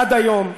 עד היום,